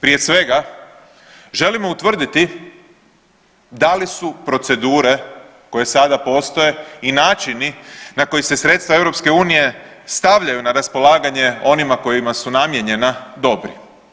Prije svega želimo utvrditi da li su procedure koje sada postoje i načini na koji se sredstava EU stavljaju na raspolaganje onima kojima su namijenjena dobri.